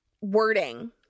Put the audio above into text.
wording